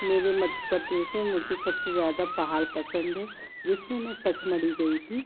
मेरे मध्य प्रदेस से मुझे सब से ज़्यादा पहाड़ पसंद है जिस में मैं पचमढ़ी गई थी